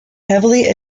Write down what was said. heavily